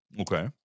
Okay